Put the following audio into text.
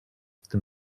tym